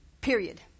Period